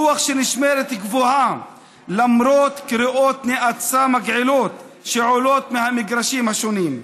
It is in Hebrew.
רוח שנשמרת גבוהה למרות קריאות נאצה מגעילות שעולות מהמגרשים השונים.